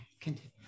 continue